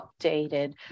updated